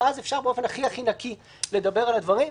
ואז אפשר באופן הכי נקי לדבר על הדברים.